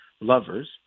lovers